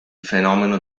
fenomeno